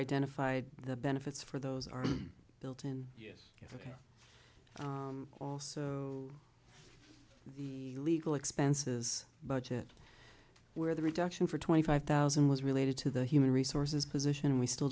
identified the benefits for those are built in yes also the legal expenses budget where the reduction for twenty five thousand was related to the human resources position and we still